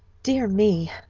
dear me,